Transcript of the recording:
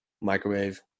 microwave